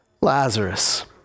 Lazarus